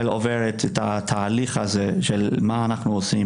עוברת את התהליך הזה של מה אנחנו עושים,